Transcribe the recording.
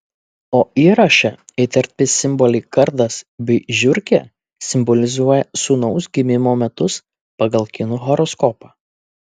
o įraše įterpti simboliai kardas bei žiurkė simbolizuoja sūnaus gimimo metus pagal kinų horoskopą